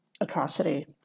Atrocity